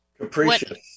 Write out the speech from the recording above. Capricious